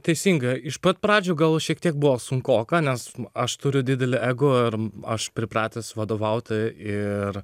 teisinga iš pat pradžių gal šiek tiek buvo sunkoka nes aš turiu didelį ego ir aš pripratęs vadovauti ir